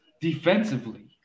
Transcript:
defensively